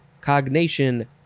cognition